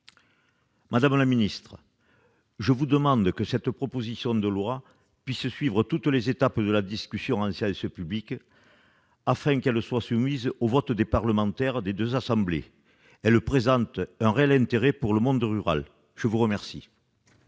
Madame la ministre, je vous demande que cette proposition de loi puisse suivre toutes les étapes de la discussion en séance publique, afin qu'elle soit soumise au vote des parlementaires des deux assemblées ; elle présente un réel intérêt pour le monde rural. La parole